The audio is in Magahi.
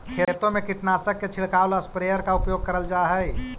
खेतों में कीटनाशक के छिड़काव ला स्प्रेयर का उपयोग करल जा हई